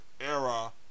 era